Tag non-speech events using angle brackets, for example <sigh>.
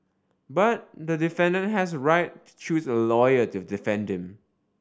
but the <unintelligible> has a right to choose a lawyer to defend him